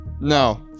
no